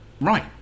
Right